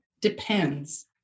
Depends